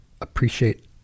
appreciate